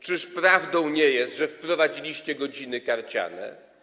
Czyż prawdą nie jest, że wprowadziliście godziny karciane?